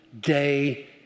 day